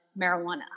marijuana